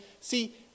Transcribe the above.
See